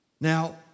Now